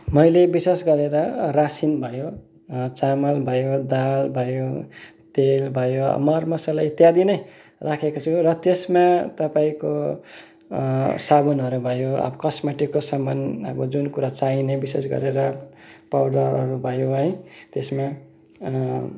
मैले विशेष गरेर रासिन भयो चामल भयो दाल भयो तेल भयो मर मसला इत्यादि नै राखेको छु र त्यसमा तपाईँको साबुनहरू भयो कस्मेटिकको सामान अब जुन कुरा चाहिने विशेष गरेर पाउडरहरू भयो है त्यसमा